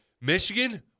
Michigan